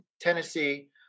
Tennessee